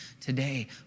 today